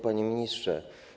Panie Ministrze!